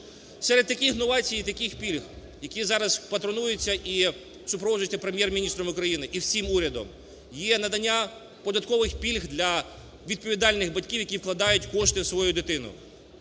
Серед таких новацій і таких пільг, які зараз патронуються і супроводжуються Прем'єр-міністром України, і всім урядом, є надання податкових пільг для відповідальних батьків, які вкладають кошти в свою дитину,